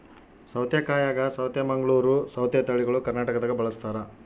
ಸೌತೆಕಾಯಾಗ ಸೌತೆ ಮಂಗಳೂರ್ ಸೌತೆ ತಳಿಗಳು ಕರ್ನಾಟಕದಾಗ ಬಳಸ್ತಾರ